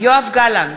יואב גלנט,